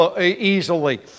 easily